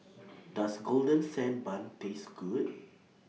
Does Golden Sand Bun Taste Good